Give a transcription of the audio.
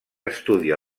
estudia